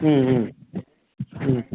ம் ம் ம்